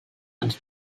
and